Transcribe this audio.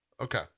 Okay